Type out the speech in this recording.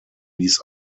ließ